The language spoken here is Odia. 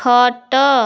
ଖଟ